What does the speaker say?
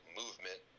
movement